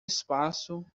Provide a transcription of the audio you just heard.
espaço